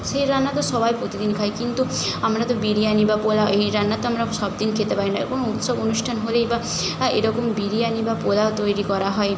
সেই রান্না তো সবাই প্রতিদিন খাই কিন্তু আমরা তো বিরিয়ানি বা পোলাও এই রান্না তো আমরা সব দিন খেতে পারি না কোনো উৎসব অনুষ্ঠান হলেই বা আ এরকম বিরিয়ানি বা পোলাও তৈরি করা হয়